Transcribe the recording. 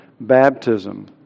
baptism